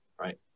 right